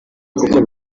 kuko